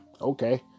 okay